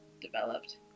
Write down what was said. developed